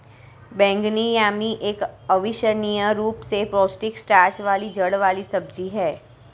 बैंगनी यामी एक अविश्वसनीय रूप से पौष्टिक स्टार्च वाली जड़ वाली सब्जी है